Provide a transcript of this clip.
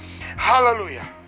Hallelujah